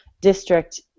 district